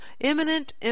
imminent